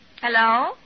Hello